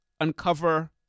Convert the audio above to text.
uncover